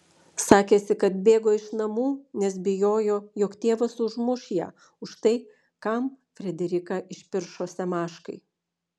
sakėsi kad bėgo iš namų nes bijojo jog tėvas užmuš ją už tai kam frederiką išpiršo semaškai